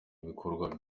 ibikorwa